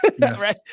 right